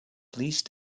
please